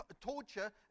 torture